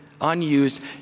unused